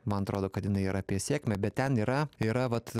man atrodo kad jinai yra apie sėkmę bet ten yra yra vat